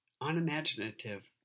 unimaginative